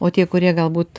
o tie kurie galbūt